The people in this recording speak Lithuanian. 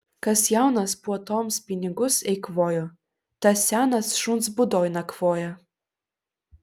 kas jaunas puotoms pinigus eikvojo tas senas šuns būdoj nakvoja